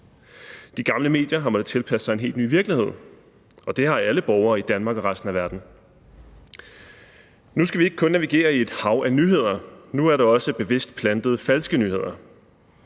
De gamle medier har måttet tilpasse sig en helt ny virkelighed, og det har alle borgere i Danmark og resten af verden. Nu skal vi ikke kun navigere i et hav af nyheder; nu er der også bevidst plantet falske nyheder.